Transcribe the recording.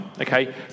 okay